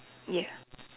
ya